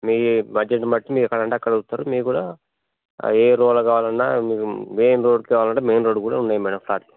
మీ బడ్జెట్ని బట్టి మీరెక్కడంటే అక్కడ అడుగుతారు మేము కూడా ఏ రోల్లో కావాలన్నా మీకు మెయిన్ రోడ్డు కావాలంటే మెయిన్ రోడ్డు కూడా ఉన్నాయి మేడం ఫ్లాట్లు